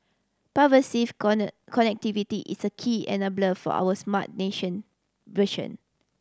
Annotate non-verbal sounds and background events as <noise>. pervasive <unintelligible> connectivity is a key enabler for our smart nation vision